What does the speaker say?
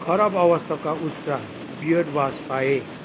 खराब अवस्थाको उस्त्रा बियर्ड वास पाएँ